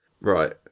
Right